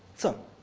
so,